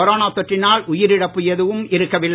corona தொற்றினால் உயிரிழப்பு எதுவும் இருக்கவில்லை